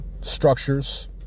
structures